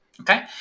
Okay